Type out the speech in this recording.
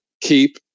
keep